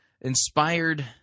inspired